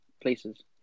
places